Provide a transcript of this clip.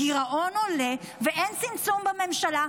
הגירעון עולה ואין צמצום בממשלה,